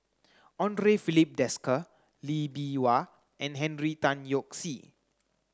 Andre Filipe Desker Lee Bee Wah and Henry Tan Yoke See